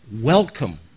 welcome